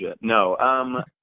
No